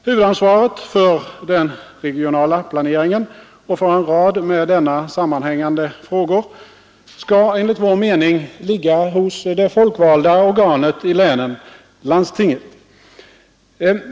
Huvudansvaret för den regionala planeringen och för en rad med denna sammanhängande frågor skall enligt vår mening ligga hos det folkvalda organet i länen, landstinget.